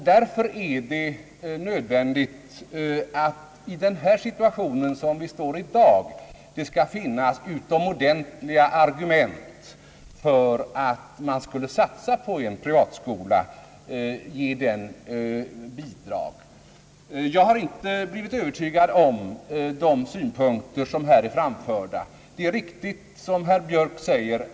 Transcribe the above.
Det måste därför i den situation, i vilken vi i dag står, finnas utomordentligt starka argument för att vi skall ge en privatskola statsbidrag. Jag har inte blivit övertygad av de synpunkter, som här framförts. Det är riktigt som herr Björk säger.